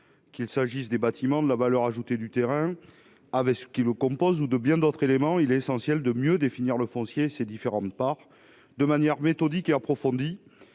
Qu'il s'agisse des bâtiments, de la valeur ajoutée du terrain ou de bien d'autres aspects, il est essentiel de mieux définir le foncier et ses différentes parts, de manière méthodique et approfondie.